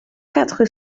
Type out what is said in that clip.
quatre